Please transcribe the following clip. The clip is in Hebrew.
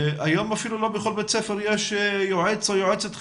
היום אפילו לא בכל בית ספר יש יועץ או יועצת חינוכית,